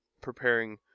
preparing